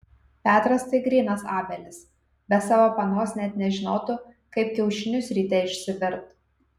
petras tai grynas abelis be savo panos net nežinotų kaip kiaušinius ryte išsivirt